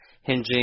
hinging